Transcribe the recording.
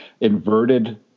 inverted